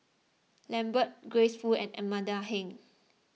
Lambert Grace Fu and Amanda Heng